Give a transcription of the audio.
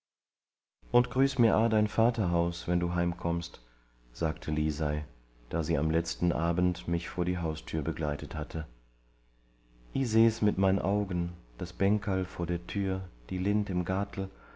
und grüß mir aa dein vaterhaus wenn du heimkommst sagte lisei da sie am letzten abend mich an die haustür begleitet hatte i seh's mit mein augen das bänkerl vor der tür die lind im